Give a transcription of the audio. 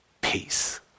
Peace